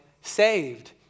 saved